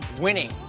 winning